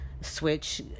switch